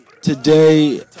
Today